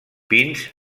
pins